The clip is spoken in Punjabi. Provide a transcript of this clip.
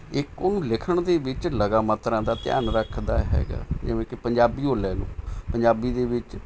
ਇੱਕ ਉਹਨੂੰ ਲਿਖਣ ਦੇ ਵਿੱਚ ਲਗਾਂ ਮਾਤਰਾ ਦਾ ਧਿਆਨ ਰੱਖਦਾ ਹੈਗਾ ਜਿਵੇਂ ਕਿ ਪੰਜਾਬੀ ਓ ਲੈ ਲਓ ਪੰਜਾਬੀ ਦੇ ਵਿੱਚ